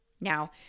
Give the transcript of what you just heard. Now